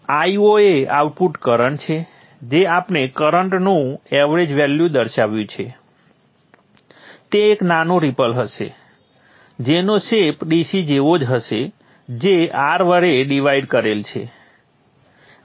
Io એ output current છે જે આપણે કરંટનું એવરેજ વેલ્યુ દર્શાવ્યું છે તે એક નાનું રિપલ હશે જેનો શેપ DC જેવો જ હશે જે R વડે ડિવાઇડ કરેલ છે